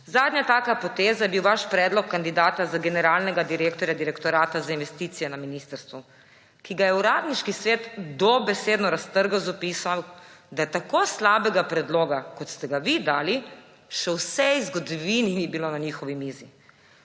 Zadnja taka poteza je bil vaš predlog kandidata za generalnega direktorja Direktorata za investicije na ministrstvu, ki ga je uradniški svet dobesedno raztrgal, zapisal, da tako slabega predloga, kot ste ga vi dali, še v vsej zgodovini ni bilo na njihovi mizi.